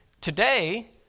Today